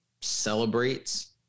celebrates